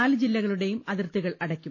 നാല് ജില്ലകളുടെയും അതിർത്തികൾ അടയ്ക്കും